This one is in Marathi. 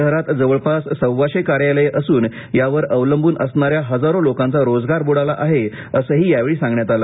शहरात जवळपास सव्वाशे कार्यालये असून यावर अवलंबून असणाऱ्या हजारो लोकांचा रोजगार बुडाला आहे असेही यावेळी सांगण्यात आले